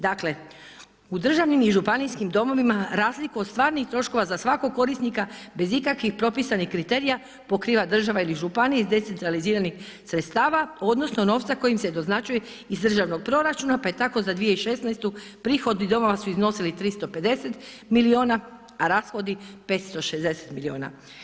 Dakle, u državnim i županijskim domovima razliku od stvarnih troškova za svakog korisnika bez ikakvih propisanih kriterija pokriva država ili županija iz decentraliziranih sredstava odnosno novca koji im se doznačuje iz državnog proračuna, pa je tako za 2016. prihodi domova su iznosili 350 milijuna, a rashodi 560 milijuna.